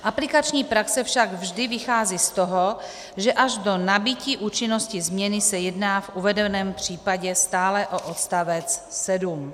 Aplikační praxe však vždy vychází z toho, že až do nabytí účinnosti změny se jedná v uvedeném případě stále o odstavec 7.